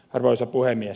arvoisa puhemies